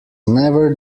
never